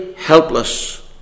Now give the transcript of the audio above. Helpless